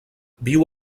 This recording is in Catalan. viu